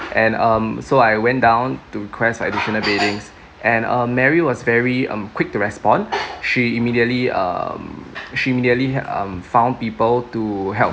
and um so I went down to request for additional beddings and um mary was very um quick to respond she immediately um she immediately um found people to help